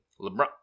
LeBron